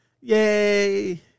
Yay